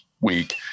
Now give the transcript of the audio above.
week